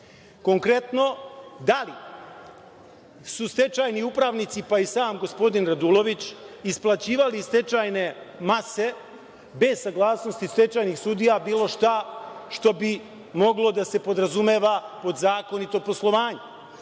Konkretno - da li su stečajni upravnici, pa i sam gospodin Radulović, isplaćivali stečajne mase bez saglasnosti stečajnih sudija, bilo šta što bi moglo da se podrazumeva pod zakonito poslovanje?